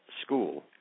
school